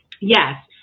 Yes